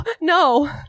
No